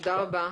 תודה רבה.